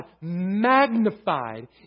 magnified